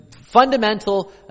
fundamental